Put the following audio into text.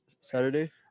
Saturday